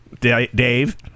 Dave